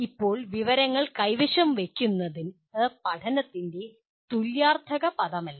ഇപ്പോൾ വിവരങ്ങൾ കൈവശം വയ്ക്കുന്നത് പഠനത്തിൻ്റെ തുല്യാർത്ഥകമായ പദമല്ല